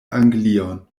anglion